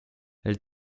elle